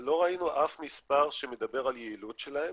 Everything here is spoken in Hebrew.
אבל לא ראינו אף מספר שמדבר על יעילות שלהן.